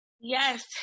Yes